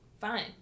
fine